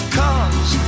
cause